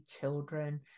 children